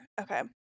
Okay